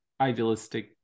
idealistic